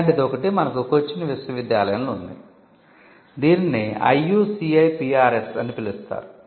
ఇలాంటిది ఒకటి మనకు కొచ్చిన్ విశ్వవిద్యాలయంలో ఉంది దీనిని ఐయుసిఐపిఆర్ఎస్ అని పిలుస్తారు